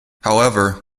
however